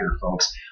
folks